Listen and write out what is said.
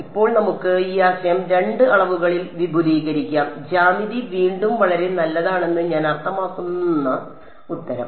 ഇപ്പോൾ നമുക്ക് ഈ ആശയം രണ്ട് അളവുകളിൽ വിപുലീകരിക്കാം ജ്യാമിതി വീണ്ടും വളരെ നല്ലതാണെന്ന് ഞാൻ അർത്ഥമാക്കുന്ന ഉത്തരം